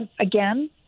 again